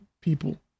people